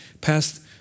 passed